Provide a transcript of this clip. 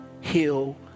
heal